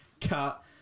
cut